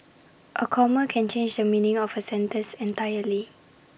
A comma can change the meaning of A sentence entirely